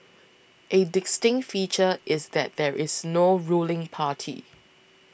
a distinct feature is that there is no ruling party